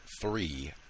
three